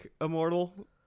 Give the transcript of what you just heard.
immortal